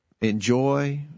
enjoy